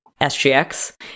SGX